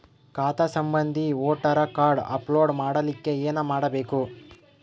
ಖಾತಾ ಸಂಬಂಧಿ voter card upload ಮಾಡಲಿಕ್ಕೆ ಏನ ಮಾಡಬೇಕು?